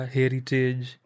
heritage